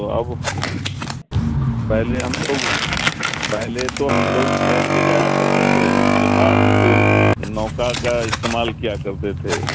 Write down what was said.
تو اب پہلے ہم لوگ پہلے تو ہم لوگ تیر کے جایا کرتے تھے اس کے بعد پھر نوکا کا استعمال کیا کرتے تھے